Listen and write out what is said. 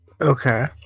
Okay